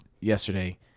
yesterday